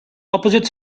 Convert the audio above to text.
opposite